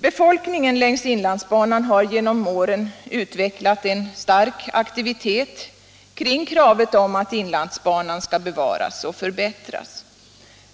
Befolkningen längs inlandsbanan har genom åren utvecklat en stark aktivitet kring kravet att inlandsbanan skall bevaras och förbättras.